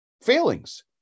failings